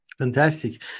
Fantastic